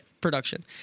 production